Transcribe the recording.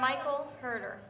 michael herder